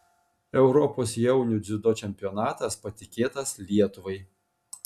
europos jaunių dziudo čempionatas patikėtas lietuvai